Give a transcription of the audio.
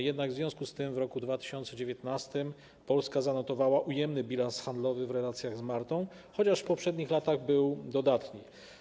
Jednak w związku z tym w roku 2019 Polska zanotowała ujemny bilans handlowy w relacjach z Maltą, chociaż w poprzednich latach był on dodatni.